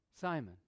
Simon